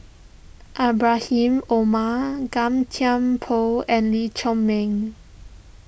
Ibrahim Omar Gan Thiam Poh and Lee Chiaw Meng